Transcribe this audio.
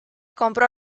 compró